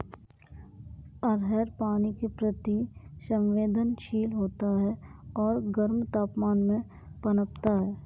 अरहर पानी के प्रति संवेदनशील होता है और गर्म तापमान में पनपता है